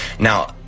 Now